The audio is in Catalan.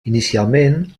inicialment